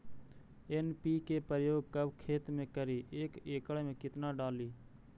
NPK प्रयोग कब खेत मे करि एक एकड़ मे कितना डाली?